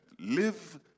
Live